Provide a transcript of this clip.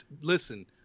Listen